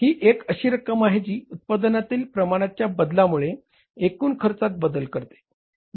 ही एक अशी रक्कम आहे जी उत्पादनातील प्रमाणाच्या बदलामुळे एकूण खर्चात बदल करते